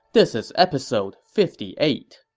this is episode fifty eight